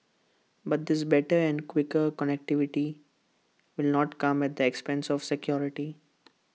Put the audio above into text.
but this better and quicker connectivity will not come at the expense of security